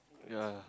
ya